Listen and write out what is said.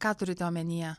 ką turite omenyje